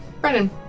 Brennan